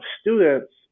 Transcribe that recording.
students